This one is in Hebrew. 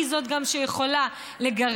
היא גם זאת שיכולה לגרש.